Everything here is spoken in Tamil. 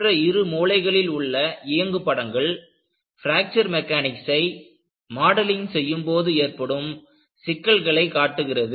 மற்ற இரு மூலைகளில் உள்ள இயங்கு படங்கள் பிராக்சர் மெக்கானிக்சை மாடலிங் செய்யும் போது ஏற்படும் சிக்கல்களை காட்டுகிறது